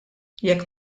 jekk